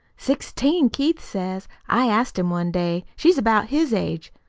sixteen, keith says. i asked him one day. she's about his age.